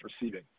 receiving